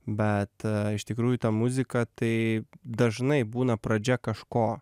bet iš tikrųjų ta muzika tai dažnai būna pradžia kažko